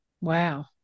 Wow